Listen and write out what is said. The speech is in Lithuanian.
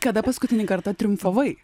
kada paskutinį kartą triumfavai